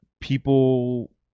people